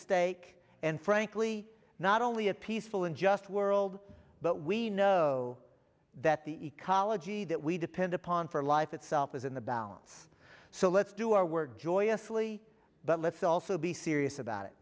stake and frankly not only a peaceful and just world but we know that the ecology that we depend upon for life itself is in the balance so let's do our work joyously but let's also be serious about